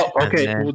okay